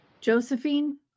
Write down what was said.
Josephine